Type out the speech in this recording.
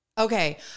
Okay